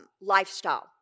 lifestyle